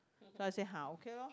so i say ha okay lor